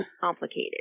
complicated